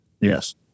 Yes